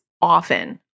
often